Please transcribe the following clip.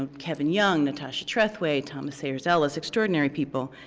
um kevin young, natasha trethway thomas sayers ellis, extraordinary people,